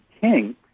king